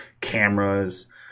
cameras